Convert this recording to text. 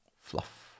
Fluff